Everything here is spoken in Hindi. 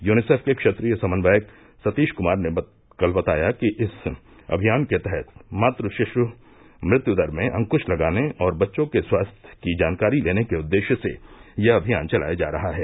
यूनीसेफ के क्षेत्रीय समन्वयक सतीश कुमार ने कल बताया कि इस अभियान के तहत मातृ शिशु मृत्यू दर में अंकुश लगाने और बच्चों के स्वास्थ्य की जानकारी लेने के उद्देश्य से यह अभियान चलाया जा रहा है